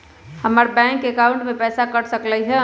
हमर bank account से पैसा कट सकलइ ह?